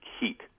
heat